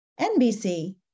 NBC